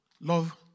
Love